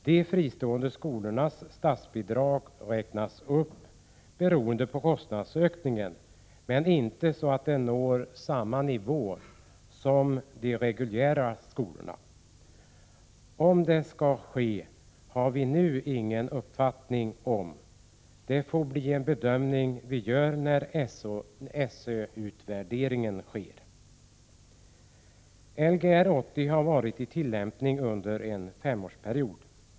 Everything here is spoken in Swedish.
De fristående skolornas statsbidrag räknas upp beroende på kostnadsökningen, men inte så att det når samma nivå som för de reguljära skolorna. Om det skall ske har vi nu ingen uppfattning om. Det får bli en bedömning som vi gör när SÖ-utvärderingen sker. Lgr 80 har nu varit i tillämpning under en femårsperiod.